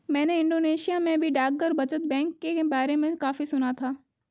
मैंने इंडोनेशिया में भी डाकघर बचत बैंक के बारे में काफी सुना था